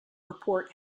report